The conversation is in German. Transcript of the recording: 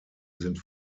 sind